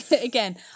again